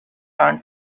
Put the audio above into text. aren’t